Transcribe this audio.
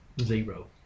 Zero